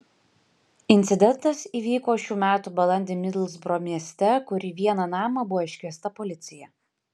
incidentas įvyko šių metų balandį midlsbro mieste kur į vieną namą buvo iškviesta policija